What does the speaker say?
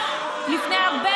עוד יותר גרוע.